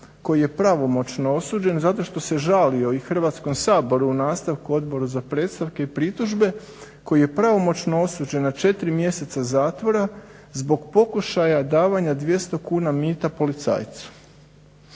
koji je pravomoćno osuđen zato što se žalio i Hrvatskom saboru u nastavku Odboru za predstavke i pritužbe, koji je pravomoćno osuđen na 4 mjeseca zatvora zbog pokušaja davanja 200 kuna mita policajcu.